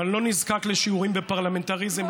אבל אני לא נזקק לשיעורים בפרלמנטריזם,